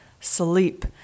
sleep